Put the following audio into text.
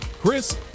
Chris